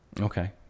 Okay